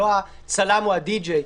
לא הצלם או הדי-ג'יי,